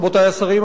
רבותי השרים,